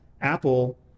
apple